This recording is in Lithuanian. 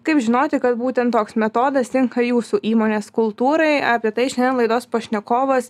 kaip žinoti kad būtent toks metodas tinka jūsų įmonės kultūrai apie tai šiandien laidos pašnekovas